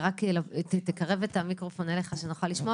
למניינם ישיבת ועדת הבריאות בנושא: סיוע משרד